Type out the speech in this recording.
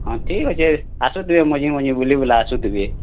ହଁ ଠିକ୍ ଅଛେ ଆସୁଥିବେ ମଝିମଝି ବୁଲିବୁଲା ଆସୁଥିବେ